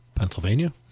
Pennsylvania